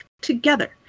together